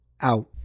out